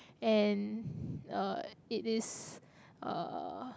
and uh it is uh